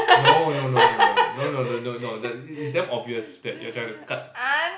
no no no no no no no no no no it's damn obvious that you're trying to cut